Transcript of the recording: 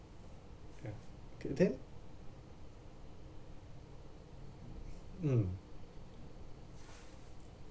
ya okay then mm